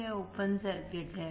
यह open circuit है